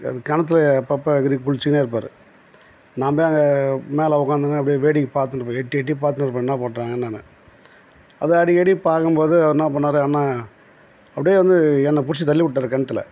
அது கிணத்துல அப்பப்போ எகிறி குளித்துன்னே இருப்பார் நான் போய் அங்கே மேலே உட்காந்துன்னு அப்படியே வேடிக்கை பார்த்துன்னு இருப்பேன் எட்டி எட்டி பார்த்துன்னு இருப்பேன் என்ன பண்றாங்கன்னு நான் அதை அடிக்கடி பார்க்கும்போது அவர் என்ன பண்ணார் அண்ண அப்படியே வந்து என்னை பிடிச்சு தள்ளிவிட்டாரு கிணத்துல